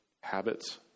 habits